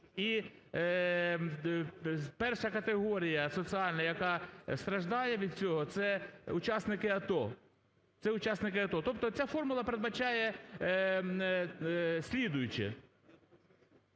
І перша категорія соціальна, яка страждає від цього, - це учасники АТО, це учасники АТО. Тобто ця формула передбачає слідуюче.